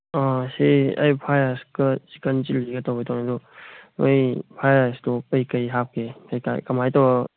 ꯑ ꯁꯤ ꯑꯩ ꯐ꯭ꯔꯥꯏ ꯔꯥꯏꯁꯀ ꯆꯤꯀꯟ ꯆꯤꯂꯤꯒ ꯇꯧꯒꯦ ꯇꯧꯅꯦ ꯑꯗꯣ ꯅꯣꯏ ꯐ꯭ꯔꯥꯏ ꯔꯥꯏꯁꯇꯣ ꯀꯩꯀꯩ ꯍꯥꯞꯀꯦ ꯀꯩꯀꯥ ꯀꯃꯥꯏ ꯇꯧꯔꯒ